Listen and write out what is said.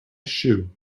shoe